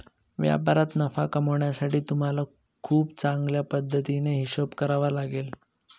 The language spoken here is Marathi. व्यापारात नफा कमावण्यासाठी तुम्हाला खूप चांगल्या पद्धतीने हिशोब करावा लागेल